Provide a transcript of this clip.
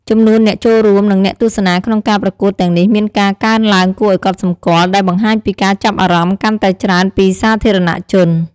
ចំនួនអ្នកចូលរួម និងអ្នកទស្សនាក្នុងការប្រកួតទាំងនេះមានការកើនឡើងគួរឱ្យកត់សម្គាល់ ដែលបង្ហាញពីការចាប់អារម្មណ៍កាន់តែច្រើនពីសាធារណជន។